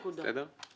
נקודה.